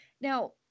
Now